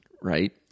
right